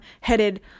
headed